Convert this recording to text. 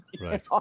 Right